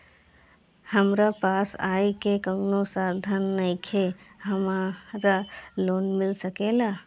हमरा पास आय के कवनो साधन नईखे हमरा लोन मिल सकेला?